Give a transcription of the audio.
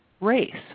race